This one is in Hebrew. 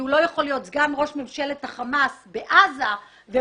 הוא לא יכול להיות סגן ראש ממשלת החמאס בעזה ובו